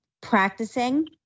practicing